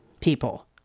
people